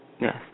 Yes